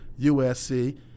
USC